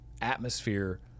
atmosphere